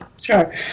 Sure